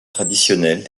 traditionnelles